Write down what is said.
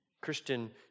Christian